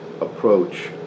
approach